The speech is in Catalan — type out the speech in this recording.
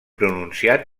pronunciat